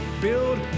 build